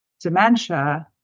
dementia